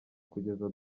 kugeza